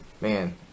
man